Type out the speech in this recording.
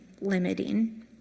limiting